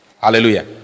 Hallelujah